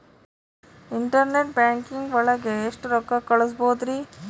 Internet banking ಒಳಗೆ ಎಷ್ಟ್ ರೊಕ್ಕ ಕಲ್ಸ್ಬೋದ್ ರಿ?